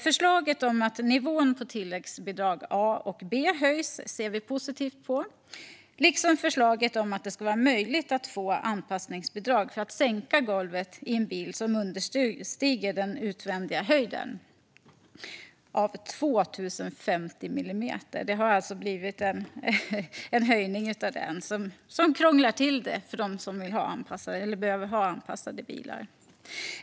Förslaget om att nivån på tilläggsbidrag A och B ska höjas ser vi positivt på, liksom förslaget om att det ska vara möjligt att få anpassningsbidrag för att sänka golvet i en bil som understiger den utvändiga höjden av 2 050 millimeter. Det har alltså blivit en höjning som krånglar till det för dem som behöver ha anpassade bilar.